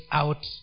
out